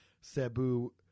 Sabu